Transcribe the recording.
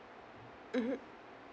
mmhmm